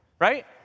right